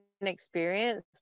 experience